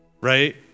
right